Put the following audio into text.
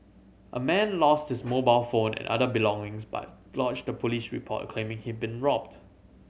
a man lost his mobile phone and other belongings but lodged a police report claiming he'd been robbed